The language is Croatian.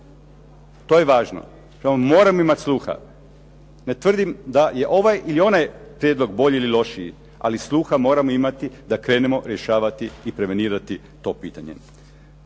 To je važno. Tu moramo imati sluha. Ne tvrdim da je ovaj ili onaj prijedlog bolji ili lošiji ali sluha moramo imati da krenemo rješavati i prevenirati to pitanje.